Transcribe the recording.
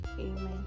Amen